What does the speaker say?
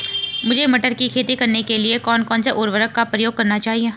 मुझे मटर की खेती करने के लिए कौन कौन से उर्वरक का प्रयोग करने चाहिए?